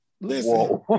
Listen